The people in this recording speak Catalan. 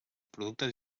productes